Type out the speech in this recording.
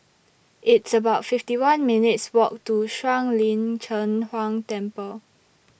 It's about fifty one minutes' Walk to Shuang Lin Cheng Huang Temple